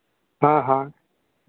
हाँ हाँ